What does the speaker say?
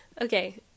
Okay